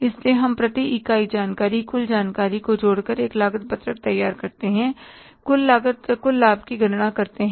इसलिए हम प्रति इकाई जानकारी कुल जानकारी को जोड़कर एक लागत पत्रक तैयार करते हैं कुल लागत कुल लाभ की गणना करते हैं